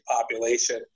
population